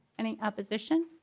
any opposition?